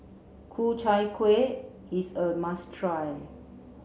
Ku Chai Kueh is a must try